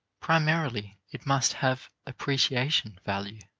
primarily it must have appreciation value.